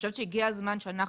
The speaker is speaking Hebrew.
הגיע הזמן שאנחנו,